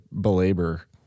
belabor